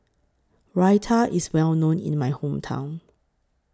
Raita IS Well known in My Hometown